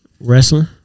Wrestling